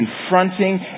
confronting